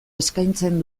eskaintzen